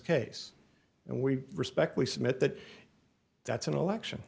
and we respect we submit that that's an election